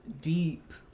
deep